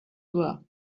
were